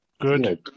good